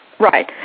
Right